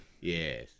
Yes